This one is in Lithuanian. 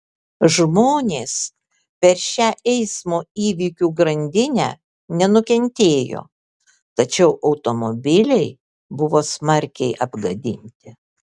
žmonės per šią eismo įvykių grandinę nenukentėjo tačiau automobiliai buvo smarkiai apgadinti